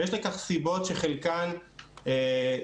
ויש לכך סיבות שחלקן תוצאתיות,